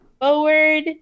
forward